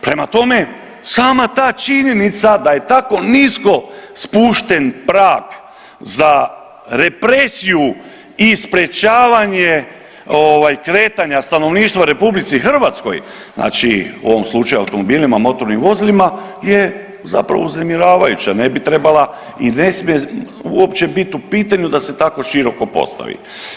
Prema tome, sama ta činjenica da je tako nisko spušten prag za represiju i sprječavanje kretanje stanovništva RH, znači u ovom slučaju automobilima, motornim vozilima je zapravo uznemiravajuća, ne bi trebala i ne smije uopće biti u pitanju da se tako široko postavi.